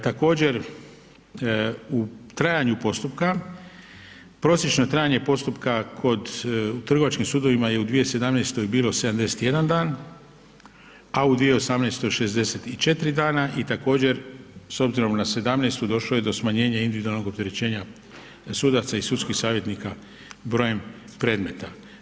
Također u trajanju postupka, prosječno trajanje postupka kod trgovačkim sudovima je u 2017. bilo 71 dan, a u 2018. 64 dana i također s obzirom na '17. došlo je do smanjenja individualnog opterećenja sudaca i sudskih savjetnika brojem predmeta.